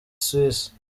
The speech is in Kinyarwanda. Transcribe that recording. suisse